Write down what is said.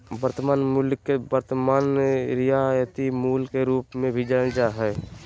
वर्तमान मूल्य के वर्तमान रियायती मूल्य के रूप मे भी जानल जा हय